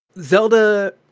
Zelda